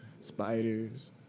Spiders